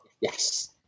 Yes